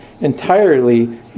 entirely